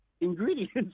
ingredients